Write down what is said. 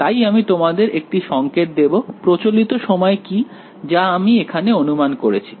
তাই আমি তোমাদের একটি সংকেত দেব প্রচলিত সময় কি যা আমি এখানে অনুমান করেছি